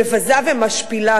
מבזה ומשפילה,